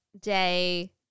day